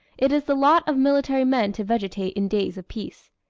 it is the lot of military men to vegetate in days of peace.